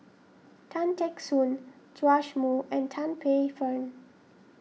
Tan Teck Soon Joash Moo and Tan Paey Fern